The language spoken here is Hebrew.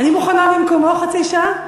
אני מוכנה במקומו, חצי שעה?